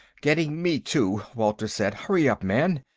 getting me, too, walter said. hurry up, man!